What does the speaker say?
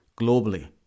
globally